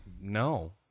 no